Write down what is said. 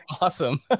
awesome